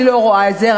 אני לא רואה את זה,